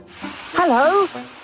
Hello